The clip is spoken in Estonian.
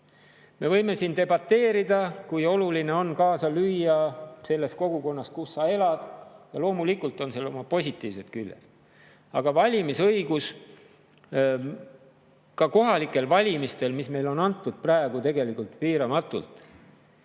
Me võime siin debateerida, kui oluline on kaasa lüüa kogukonnas, kus sa elad, ja loomulikult on seal oma positiivsed küljed, aga valimisõigus kohalikel valimistel on praegu tegelikult piiramatu